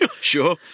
Sure